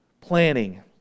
Planning